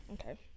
Okay